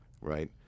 right